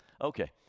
Okay